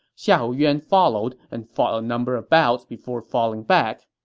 xiahou yuan followed and fought a number of bouts before falling back.